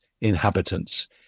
inhabitants